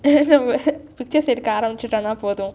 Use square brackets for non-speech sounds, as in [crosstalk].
there's a [laughs] picture எடுக்க ஆரம்பிச்சாலே போதும்:edukka arampichalai pothum